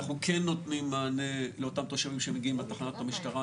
אנחנו כן נותנים מענה לאותם תושבים שמגיעים לתחנת המשטרה,